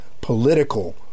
political